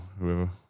whoever